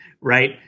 right